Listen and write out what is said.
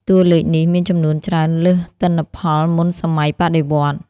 តួលេខនេះមានចំនួនច្រើនលើសទិន្នផលមុនសម័យបដិវត្តន៍។